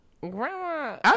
Grandma